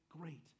great